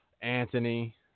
Anthony